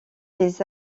des